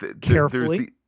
carefully